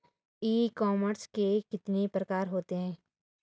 ई commerce के कितने प्रकार होते हैं?